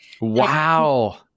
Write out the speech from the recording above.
Wow